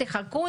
תחכו,